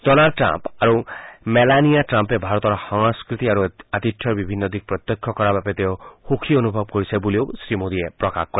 Donald Trump আৰু Melania ট্ৰাম্পে ভাৰতৰ সংস্কৃতি আৰু আতিথ্যৰ বিভিন্ন দিশ প্ৰত্যক্ষ কৰাৰ বাবে তেওঁ সুখী অনুভৱ কৰিছে বুলিও শ্ৰী মোদীয়ে প্ৰকাশ কৰে